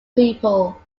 people